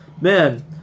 man